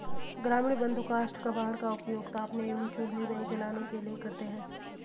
ग्रामीण बंधु काष्ठ कबाड़ का उपयोग तापने एवं चूल्हे में जलाने के लिए करते हैं